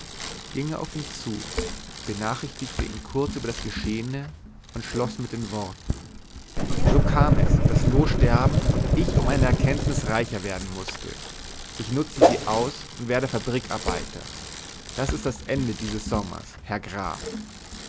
ging er auf ihn zu benachrichtigte ihn kurz über das geschehene und schloß mit den worten so kam es daß loo sterben und ich um eine erkenntnis reicher werden mußte ich nutze sie aus und werde fabrikarbeiter das ist das ende dieses sommers herr graf